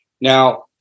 Now